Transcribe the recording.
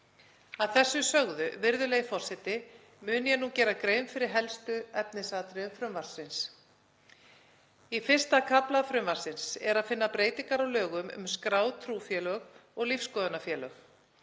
Að þessu sögðu, virðulegi forseti, mun ég gera grein fyrir helstu efnisatriðum frumvarpsins. Í I. kafla frumvarpsins er að finna breytingar á lögum um skráð trúfélög og lífsskoðunarfélög.